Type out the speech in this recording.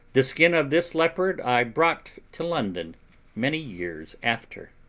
the skin of this leopard i brought to london many years after.